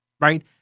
Right